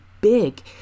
big